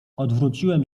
odwróciłem